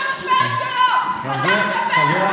חברת הכנסת גולן, הוא סיים.